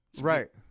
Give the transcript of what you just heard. right